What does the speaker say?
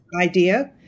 idea